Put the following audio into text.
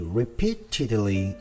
repeatedly